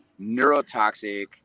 neurotoxic